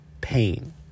pain